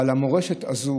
אבל המורשת הזו